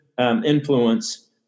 influence